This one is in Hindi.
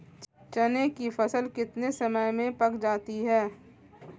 चने की फसल कितने समय में पक जाती है?